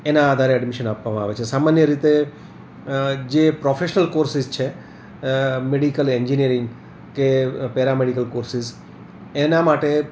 એના આધારે એડમિશન આપવામાં આવે છે સામાન્ય રીતે જે પ્રોફેશનલ કોર્સિસ છે મેડિકલ એંજીન્યરિંગ કે પેરા મેડિકલ કોર્સિસ એના માટે